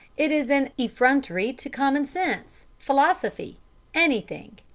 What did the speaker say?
it is an effrontery to common sense, philosophy anything,